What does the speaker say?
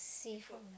seafood lah